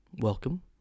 welcome